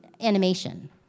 animation